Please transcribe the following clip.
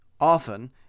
often